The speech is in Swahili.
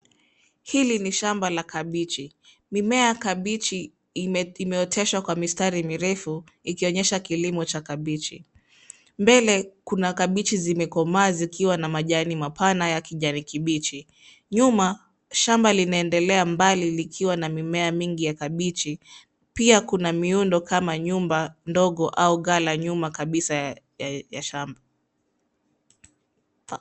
Hili ni shamba la kabichi. Mimea ya kabichi imeoteshwa kwa mistari mirefu ikionyesha kilimo cha kabichi. Mbele kuna kabichi zimekomaa zikiwa na majani mapana ya kijani kibichi. Nyuma, shamba linaendelea mbali likiwa na mimea mingi ya kabichi. Pia kuna miundo kama nyumba ndogo au ghala nyuma kabisa ya shamba.